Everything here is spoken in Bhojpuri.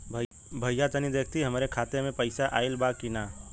भईया तनि देखती हमरे खाता मे पैसा आईल बा की ना?